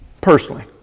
personally